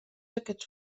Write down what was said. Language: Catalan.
aquests